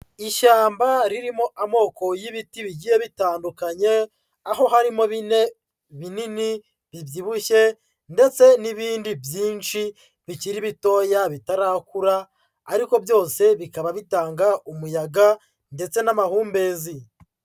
Ishyamba ririmo amoko y'ibiti bigiye bitandukanye, aho harimo bine binini bibyibushye ndetse n'ibindi byinshi bikiri bitoya bitarakura, ariko byose bikaba bitanga umuyaga ndetse n'amahumbezi.